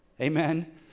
Amen